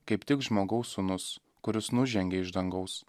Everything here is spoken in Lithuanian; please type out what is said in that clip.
kaip tik žmogaus sūnus kuris nužengė iš dangaus